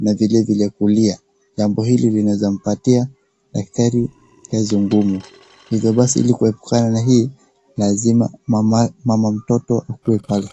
na vile vile kulia, jambo hili linaweza mpatia daktari kazi ngumu hivyo basi kuepukana na hii lazima mama mtoto akue pale.